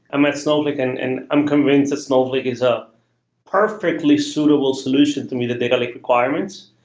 i'm at snowflake and and i'm convinced that snowflake is a perfectly suitable solutions to meet the data lake requirements.